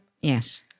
yes